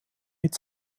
mit